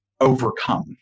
overcome